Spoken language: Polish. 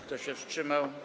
Kto się wstrzymał?